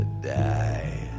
die